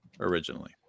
originally